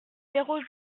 zéro